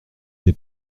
des